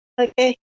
Okay